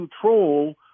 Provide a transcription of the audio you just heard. control